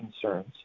concerns